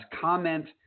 comment